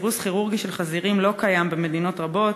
סירוס כירורגי של חזירים לא קיים במדינות רבות,